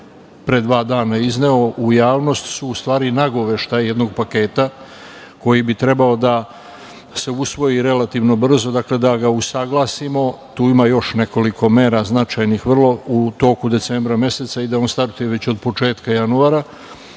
pre dva dana izneo u javnost su u stvari nagoveštaj jednog paketa koji bi trebao da se usvoji relativno brzo. Dakle, da ga usaglasimo, tu ima još nekoliko mera značajnih vrlo, u toku decembra meseca i da on startuje već od početka januara,